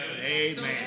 Amen